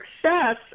success